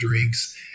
drinks